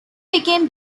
became